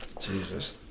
Jesus